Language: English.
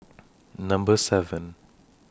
Number seven